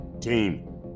team